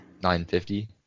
950